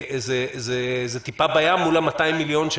זה טיפה בים מול ה-20 מיליון,